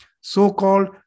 so-called